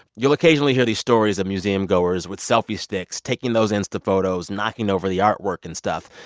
you'll occasionally hear these stories of museumgoers with selfie sticks, taking those insta photos, knocking over the artwork and stuff.